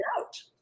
out